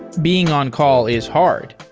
being on-call is hard,